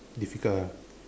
difficult ah